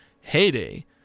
heyday